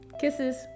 kisses